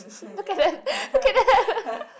look at that look at that